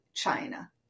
China